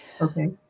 Okay